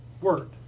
word